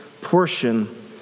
portion